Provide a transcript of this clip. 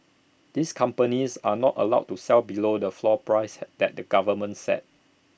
these companies are not allowed to sell below the floor prices had that the government set